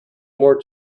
more